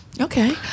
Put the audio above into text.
Okay